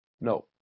no